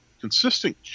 consistent